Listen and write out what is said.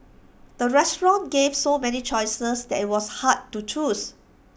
the restaurant gave so many choices that IT was hard to choose